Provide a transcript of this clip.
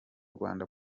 rwanda